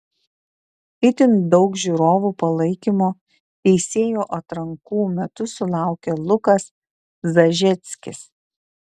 itin daug žiūrovų palaikymo teisėjų atrankų metu sulaukė lukas zažeckis